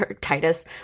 Titus